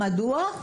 מדוע?